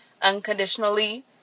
unconditionally